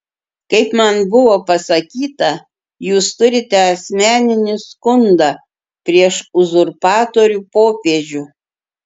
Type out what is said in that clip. kaip man buvo pasakyta jūs turite asmeninį skundą prieš uzurpatorių popiežių